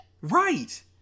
Right